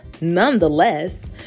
nonetheless